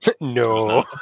No